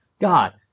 God